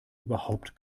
überhaupt